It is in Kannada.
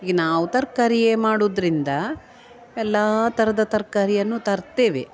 ಈಗ ನಾವು ತರಕಾರಿಯೇ ಮಾಡುದರಿಂದ ಎಲ್ಲ ಥರದ ತರಕಾರಿಯನ್ನು ತರ್ತೇವೆ